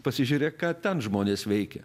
pasižiūrėk ką ten žmonės veikia